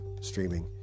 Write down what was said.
streaming